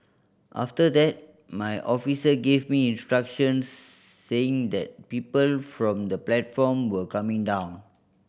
after that my officer gave me instructions saying that people from the platform were coming down